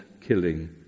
killing